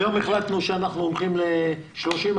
היום החלטנו שאנחנו הולכים ל-30%?